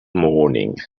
moaning